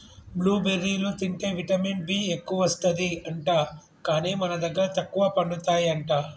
blue బెర్రీలు తింటే vitamin B ఎక్కువస్తది అంట, కానీ మన దగ్గర తక్కువ పండుతాయి అంట